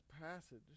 passage